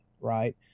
right